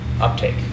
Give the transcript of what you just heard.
uptake